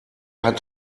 hat